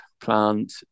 plant